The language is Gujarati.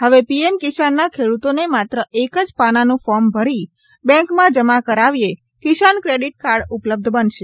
હવે પીએમ કિસાનના ખેડૂતોને માત્ર એક જ પાનાનું ફોર્મ ભરી બેંકમાં જમા કરાવ્યે કિસાન ક્રેડિટ કાર્ડ ઉ પલબ્ધ બનશે